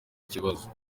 ikibazo